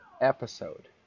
episode